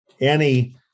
Annie